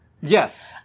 Yes